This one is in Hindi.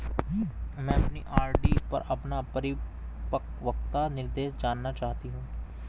मैं अपनी आर.डी पर अपना परिपक्वता निर्देश जानना चाहती हूँ